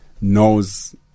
knows